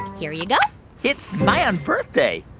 here you go it's my unbirthday